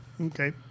okay